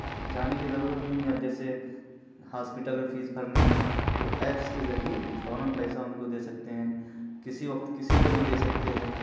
جانے کی ضرورت نہیں ہے اب جیسے ہاسپیٹل میں فیس بھرنی ہے تو ایپس کے ذریعے فوراً پیسہ ان کو دے سکتے ہیں کسی وقت کسی کو بھی دے سکتے ہیں